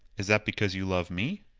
is that because you love me?